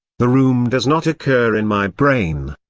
the room does not occur in my brain.